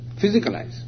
Physicalize